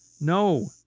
No